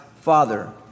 father